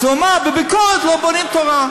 אז הוא אמר: בביקורת לא בונים תורה.